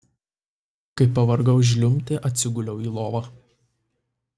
kai pavargau žliumbti atsiguliau į lovą